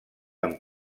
amb